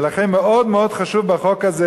ולכן, מאוד חשוב בחוק הזה